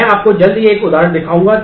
मैं आपको जल्द ही एक उदाहरण दिखाऊंगा